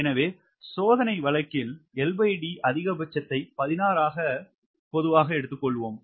எனவே சோதனை வழக்கில் LD அதிகபட்சத்தை 16 ஆக எடுத்துக்கொள்வோம்